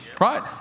Right